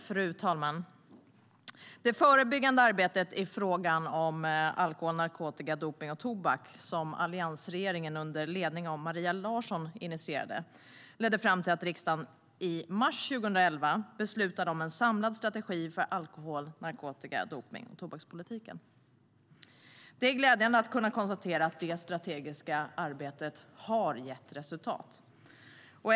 Fru talman! Det förebyggande arbetet i fråga om alkohol, narkotika, dopning och tobak som alliansregeringen under ledning av Maria Larsson initierade ledde fram till att riksdagen i mars 2011 beslutade om en samlad strategi för alkohol, narkotika, dopnings och tobakspolitiken. Det är glädjande att kunna konstatera att det strategiska arbetet har gett resultat.